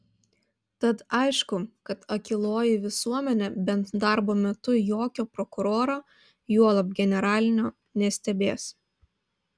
tad aišku kad akyloji visuomenė bent darbo metu jokio prokuroro juolab generalinio nestebės